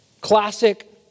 classic